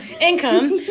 income